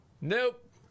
Nope